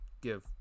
give